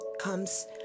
comes